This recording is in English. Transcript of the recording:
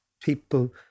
people